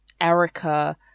Erica